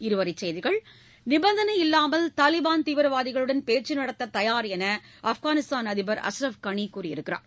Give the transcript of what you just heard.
இருவரிச் செய்திகள் நிபந்தனையில்லாமல் தாலிபான் தீவிரவாதிகளுடன் பேச்சு நடத்த தயார் என்று ஆப்கானிஸ்தான் அதிபர் அஸ்ரப் கனி கூறியுள்ளார்